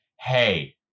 Hey